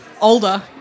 older